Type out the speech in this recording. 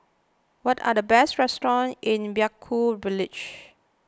what are the best restaurants in Vaiaku Village